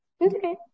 Okay